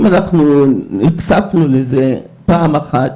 אם אנחנו נחשפנו לזה פעם אחת,